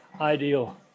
ideal